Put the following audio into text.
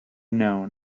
known